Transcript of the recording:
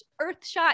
Earthshot